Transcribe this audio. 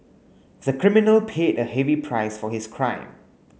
the criminal paid a heavy price for his crime